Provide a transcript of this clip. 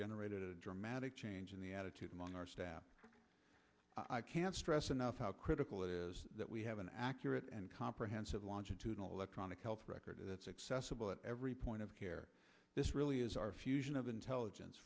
generated a dramatic change in the attitude among our staff i can't stress enough how critical it is that we have an accurate and comprehensive longitudinal electronic health record that's accessible at every point of care this really is our fusion of intelligence